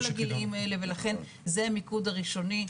הגילאים האלה ולכן זה המיקוד הראשוני.